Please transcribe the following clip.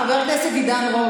חבר הכנסת עידן רול,